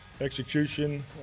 Execution